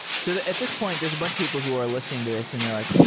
so at this point, there's a bunch of people who are listening to this and they're like,